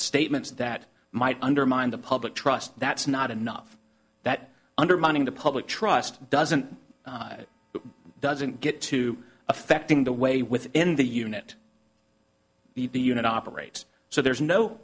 statements that might undermine the public trust that's not enough that undermining the public trust doesn't it doesn't get to affecting the way within the unit the unit operates so there's no